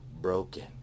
broken